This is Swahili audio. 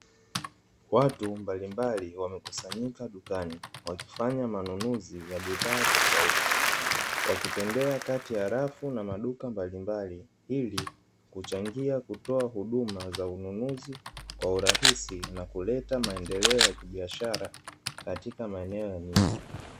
Watu mbalimbali wamekusanyika dukani, wakifanya manunuzi ya bidhaa tofauti, wakitembea kati ya rafu na maduka mbalimbali ili kuchangia kutoa huduma za ununuzi kwa urahisi na kuleta maendeleo ya kibiashara katika maeneo ya mjini.